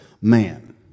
man